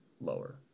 lower